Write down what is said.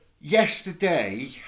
yesterday